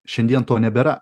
šiandien to nebėra